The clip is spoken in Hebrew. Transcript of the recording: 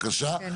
כן.